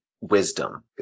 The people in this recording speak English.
wisdom